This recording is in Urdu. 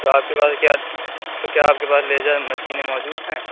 تو آپ کے پاس کیا تو کیا آپ کے پاس لیزر مشینیں موجود ہیں